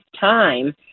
time